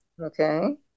Okay